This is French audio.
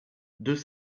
deux